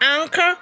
anchor